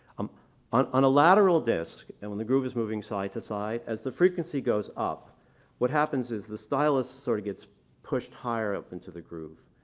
um on on a lateral disc and when the groove is moving side-to-side, as the frequency goes up what happens is the stylus sort of gets pushed higher up into the groove.